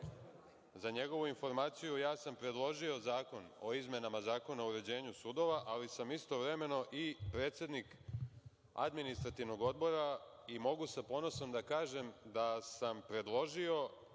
Za njegovu informaciju, ja sam predložio zakon o izmenama Zakona o uređenju sudova, ali sam istovremeno i predsednik Administrativnog odbora i mogu sa ponosom da kažem da sam predložio